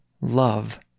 love